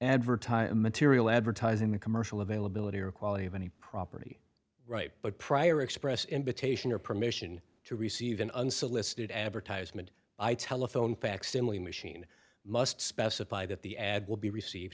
advertise material advertising the commercial availability or quality of any property right but prior express invitation or permission to receive an unsolicited advertisement by telephone facsimile machine must specify that the ad will be received